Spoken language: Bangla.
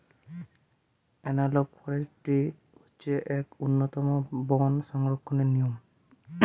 এনালগ ফরেষ্ট্রী হচ্ছে এক উন্নতম বন সংরক্ষণের নিয়ম